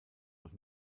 noch